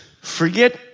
forget